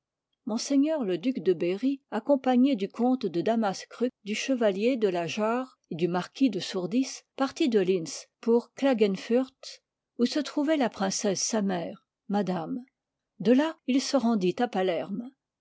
ms le duc de berry accompagné du comte de damas crux du chevalier de lageard et du marquis de sourdis partit de lintz pour clagenfurth où se trouvoit la princesse sa mère madame de là il se rendit à palerme